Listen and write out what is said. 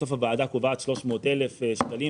בסוף ועדת הערר קובעת 300,000 שקלים.